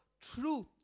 truth